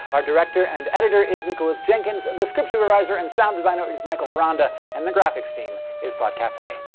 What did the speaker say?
our director and editor is nicholas jenkins, the script supervisor and sound designer is michael aranda, and the graphics team is thought cafe.